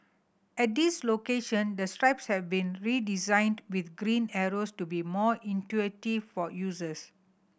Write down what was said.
at these location the strips have been redesigned with green arrows to be more intuitive for users